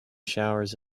showers